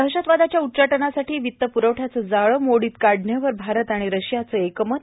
दहशतवादाच्या उच्चाटनासाठी वित्त पुरवठ्याचं जाळं मोळीत काढण्यावर भारत रशियाचं एकमत